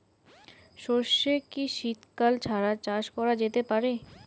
সর্ষে কি শীত কাল ছাড়া চাষ করা যেতে পারে?